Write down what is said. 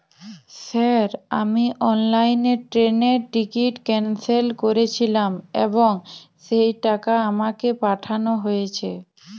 Sir আমি অনলাইনে ট্রেনের টিকিট ক্যানসেল করেছিলাম এবং সেই টাকা আমাকে পাঠানো হয়েছে?